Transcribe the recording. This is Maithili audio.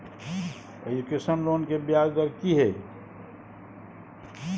एजुकेशन लोन के ब्याज दर की हय?